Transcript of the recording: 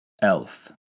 Elf